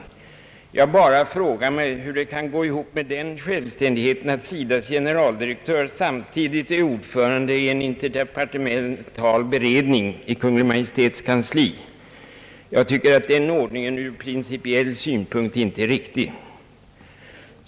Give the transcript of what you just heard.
Jag vill bara ställa frågan hur den självständigheten kan förenas med att SIDA:s generaldirektör samtidigt är ordförande i en interdepartemental beredning i Kungl. Maj:ts kansli. Jag tycker att den ordningen ur principiell synpunkt inte är riktig.